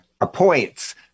appoints